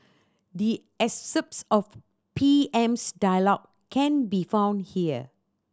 the excerpts of P M's dialogue can be found here